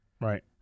Right